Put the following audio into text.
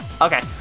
Okay